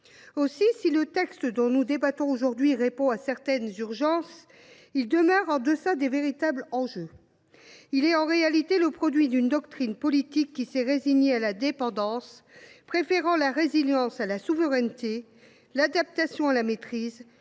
Si le texte dont nous débattons aujourd’hui répond à certaines urgences, il demeure en deçà des véritables enjeux. Il est, en réalité, le produit d’une doctrine politique qui s’est résignée à la dépendance, préférant la résilience à la souveraineté, l’adaptation à la maîtrise,